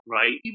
right